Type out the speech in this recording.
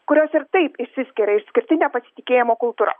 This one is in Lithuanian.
kurios ir taip išsiskiria išskirtine pasitikėjimo kultūra